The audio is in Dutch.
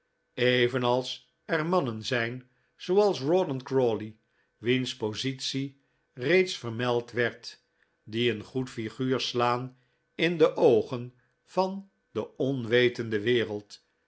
evenals er mannen zijn zooals rawdon crawley wiens positie reeds vermeld werd die een goed flguur slaan in de oogen van de onwetende wereld